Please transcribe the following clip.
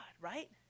right